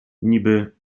niby